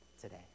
today